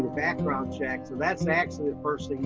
background check, so that's and actually the first thing